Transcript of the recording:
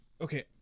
Okay